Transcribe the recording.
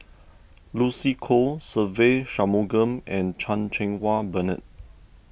Lucy Koh Se Ve Shanmugam and Chan Cheng Wah Bernard